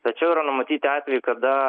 tačiau yra numatyti atvejai kada